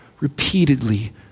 repeatedly